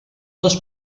les